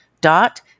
dot